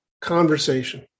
conversation